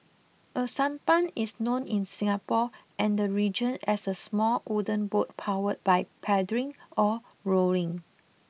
a sampan is known in Singapore and the region as a small wooden boat powered by paddling or rowing